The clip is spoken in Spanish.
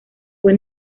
fue